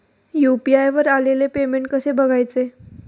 UPI वर आलेले payment कसे बघायचे?